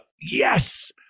yes